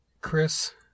chris